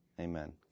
Amen